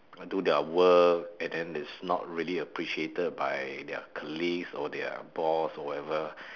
I do their work and then it's not really appreciated by their colleagues or their boss or whatever